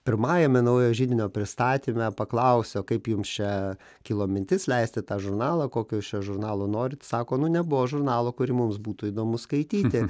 pirmajame naujo židinio pristatyme paklausiau kaip jums čia kilo mintis leisti tą žurnalą kokio jūs čia žurnalo norit sako nu nebuvo žurnalo kurį mums būtų įdomu skaityti